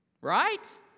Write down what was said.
Right